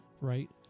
right